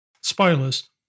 spoilers